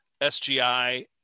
SGI